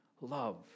love